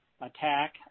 attack